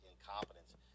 incompetence